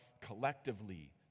collectively